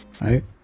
Right